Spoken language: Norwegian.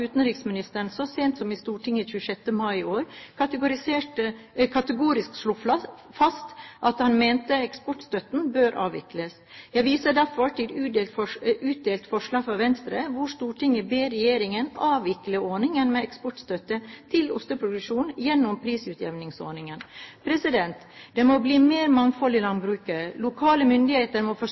utenriksministeren så sent som i Stortinget den 26. mai i år kategorisk slo fast at han mente eksportstøtten «bør avvikles». Jeg viser derfor til utdelt forslag fra Venstre, om at Stortinget ber regjeringen avvikle ordningen med eksportstøtte til osteproduksjon gjennom prisutjevningsordningen. Det må bli mer mangfold i landbruket. Lokale myndigheter må